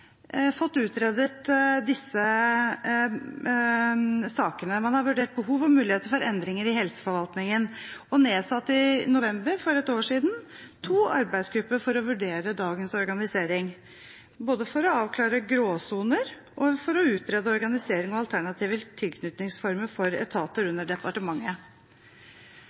fått utredet disse sakene. Man har vurdert behov og muligheter for endringer i helseforvaltningen og nedsatte i november for et år siden to arbeidsgrupper for å vurdere dagens organisering, både for å avklare gråsoner og for å utrede organisering og alternative tilknytningsformer for etater under departementet.